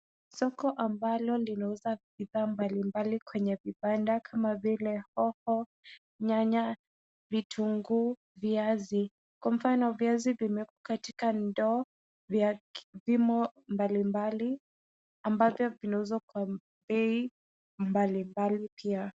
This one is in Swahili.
Soko ambalo linauza bidhaa mbalimbali kwenye vibanda kama vile hoho, nyanya, vitunguu, viazi. Kwa mfano viazi vimewekwa katika ndoo vya vipimo mbalimbali, ambavyo vinauzwa kwa bei mbalimbali pia.